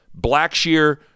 Blackshear